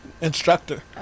instructor